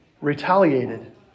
retaliated